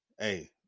Hey